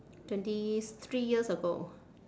twenty three years ago